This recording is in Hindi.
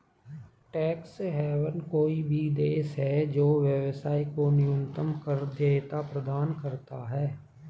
टैक्स हेवन कोई भी देश है जो व्यवसाय को न्यूनतम कर देयता प्रदान करता है